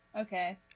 okay